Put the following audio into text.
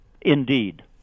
Indeed